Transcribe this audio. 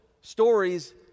stories